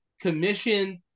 commissioned